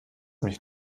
mich